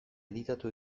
editatu